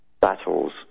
battles